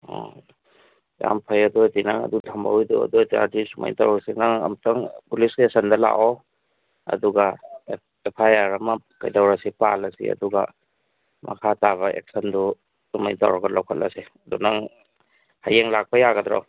ꯑꯣ ꯌꯥꯝ ꯐꯩ ꯑꯗꯨ ꯑꯣꯏꯔꯗꯤ ꯅꯪ ꯑꯗꯨ ꯊꯝꯍꯧꯔꯤꯗꯨ ꯑꯗꯨ ꯑꯣꯏꯔ ꯇꯥꯔꯗꯤ ꯁꯨꯃꯥꯏꯅ ꯇꯧꯔꯁꯤ ꯅꯪ ꯑꯃꯨꯛꯇꯪ ꯄꯨꯂꯤꯁ ꯏꯁꯇꯦꯁꯟꯗ ꯂꯥꯛꯑꯣ ꯑꯗꯨꯒ ꯑꯦꯐ ꯑꯥꯏ ꯑꯥꯔ ꯑꯃ ꯀꯩꯗꯧꯔꯁꯤ ꯄꯥꯜꯂꯁꯤ ꯑꯗꯨꯒ ꯃꯈꯥ ꯇꯥꯕ ꯑꯦꯛꯁꯟꯗꯨ ꯑꯗꯨ ꯃꯥꯏꯅ ꯇꯧꯔꯒ ꯂꯧꯈꯠꯂꯁꯤ ꯑꯗꯨ ꯅꯪ ꯍꯌꯦꯡ ꯂꯥꯛꯄ ꯌꯥꯒꯗ꯭ꯔꯣ